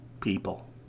people